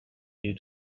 you